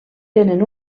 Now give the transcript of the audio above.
tenen